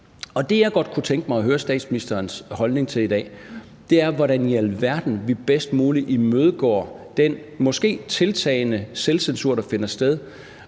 Det, jeg godt kunne tænke mig at høre statsministerens holdning til i dag, er, hvordan i alverden vi bedst muligt imødegår den måske tiltagende selvcensur, der finder sted.